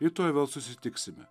rytoj vėl susitiksime